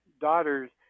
daughters